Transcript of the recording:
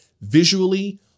Visually